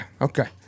Okay